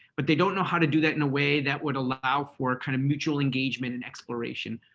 but they don't know how to do that in a way that would allow for a kind of mutual engagement and exploration.